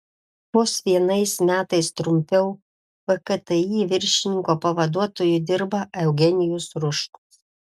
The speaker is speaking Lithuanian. vos vienais metais trumpiau vkti viršininko pavaduotoju dirba eugenijus ruškus